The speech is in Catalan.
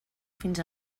fins